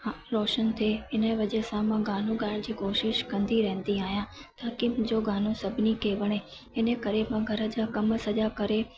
हा रोशनु थिए हिन वजह सां मां गानो ॻाइण जी कोशिश कंदी रहंदी आहियां ताकी मुंहिंजो गानो सभिनी खे वणे इनकरे मां घर जा कमु सॼा करे